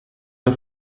her